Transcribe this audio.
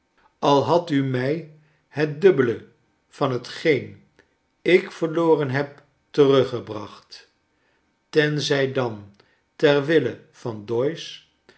a hadt u mij het dubbele van hetgeen ik verloren heb teruggebracht tenzij dan ter wille van doyce